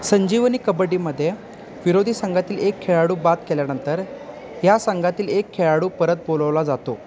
संजीवनी कबड्डीमध्ये विरोधी संघातील एक खेळाडू बाद केल्यानंतर या संघातील एक खेळाडू परत बोलवला जातो